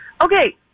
Okay